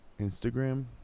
Instagram